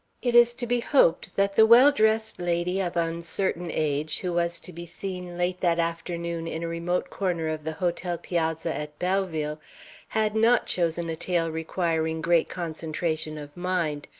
it is to be hoped that the well-dressed lady of uncertain age who was to be seen late that afternoon in a remote corner of the hotel piazza at belleville had not chosen a tale requiring great concentration of mind,